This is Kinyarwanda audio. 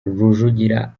rujugira